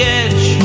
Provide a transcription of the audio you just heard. edge